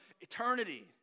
eternity